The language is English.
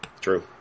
True